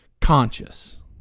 conscious